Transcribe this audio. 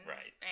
Right